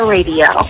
Radio